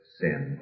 sin